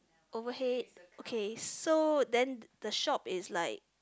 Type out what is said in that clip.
overhead okay so then the shop is like